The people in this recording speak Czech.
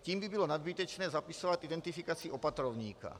Tím by bylo nadbytečné zapisovat identifikaci opatrovníka.